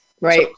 Right